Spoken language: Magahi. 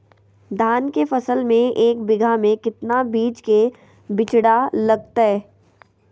धान के फसल में एक बीघा में कितना बीज के बिचड़ा लगतय?